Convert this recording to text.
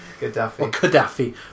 Gaddafi